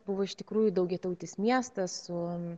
buvo iš tikrųjų daugiatautis miestas su